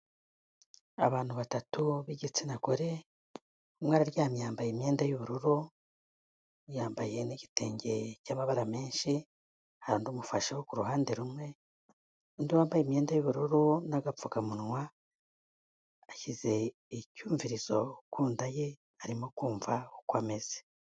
Abantu batatu b'igitsina gore, umwe araryamye yambaye imyenda y'ubururu, yambaye n'igitenge cy'amabara menshi, hari n'umufasha kuruhande rumwe, undi wambaye imyenda yu'bururu n'agapfukamunwa ashyize icyumvirizo ku nda ye arimo kumva uko ameze.